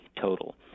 total